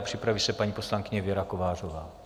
Připraví se paní poslankyně Věra Kovářová.